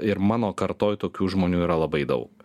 ir mano kartoj tokių žmonių yra labai daug